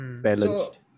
balanced